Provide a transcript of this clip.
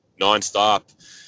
nonstop